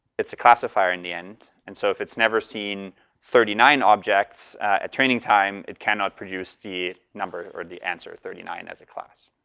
it's a classifier in the end and so if it's never seen thirty nine objects at training time, it cannot produce the number or the answer thirty nine as a class.